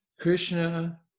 Krishna